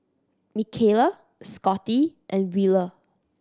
Mikala Scottie and Wheeler